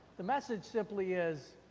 the message simply is,